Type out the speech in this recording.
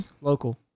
Local